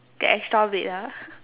get extra bed lah